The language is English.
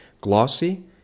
glossy